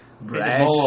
brash